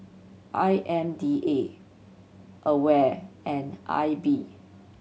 I M D A AWARE and I B